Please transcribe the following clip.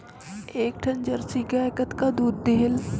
एक ठन जरसी गाय कतका दूध देहेल?